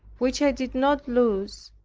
which i did not lose.